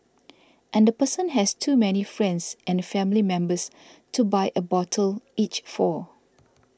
and the person has too many friends and family members to buy a bottle each for